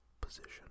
position